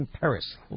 Paris